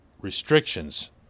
Restrictions